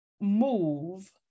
move